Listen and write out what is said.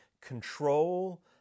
control